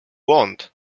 want